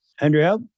Andrea